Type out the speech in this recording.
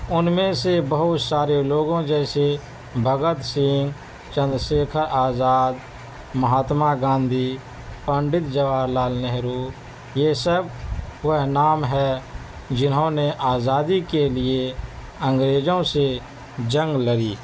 ان میں سے بہت سارے لوگوں جیسے بھگت سنگھ چندر شیکھر آزاد مہاتما گاندھی پنڈت جواہر لعل نہرو یہ سب وہ نام ہے جنھوں نے آزادی کے لیے انگریزوں سے جنگ لڑی